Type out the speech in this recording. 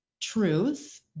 truth